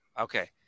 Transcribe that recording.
okay